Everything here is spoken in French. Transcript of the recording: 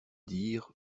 dire